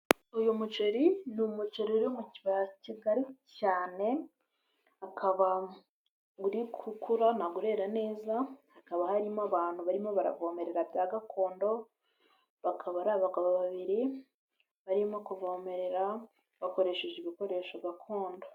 Uyu muceri ni umuceri uri mu kibaya kigari cyane, ukaba uri gukurantabwo urera neza, hakaba harimo abantu barimo baravomerera bya gakondo, bakaba ari abagabo babiri barimo kuvomerera bakoresheje ibikoresho gakondo.